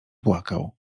płakał